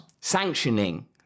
sanctioning